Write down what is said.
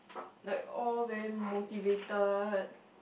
like all very motivated